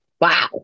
Wow